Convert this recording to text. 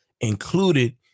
included